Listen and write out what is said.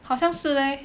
好像是 leh